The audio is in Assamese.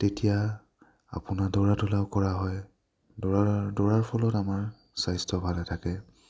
তেতিয়া আপোনাৰ দৌৰা ধূলাও কৰা হয় দৌৰা দৌৰাৰ ফলত আমাৰ স্বাস্থ্য ভালে থাকে